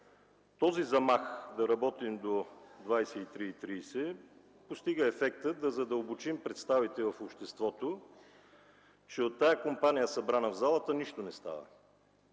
този замах да работим до 23,30 ч. постига ефект да задълбочим представите в обществото, че от тази компания, събрана в залата, нищо не става.